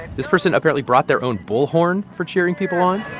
this person apparently brought their own bullhorn for cheering people on